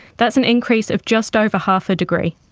that's an increase of just over half a degree.